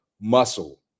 muscle